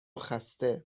خسته